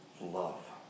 love